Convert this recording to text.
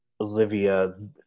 Olivia